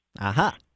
Aha